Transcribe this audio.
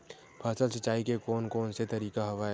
फसल सिंचाई के कोन कोन से तरीका हवय?